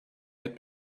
had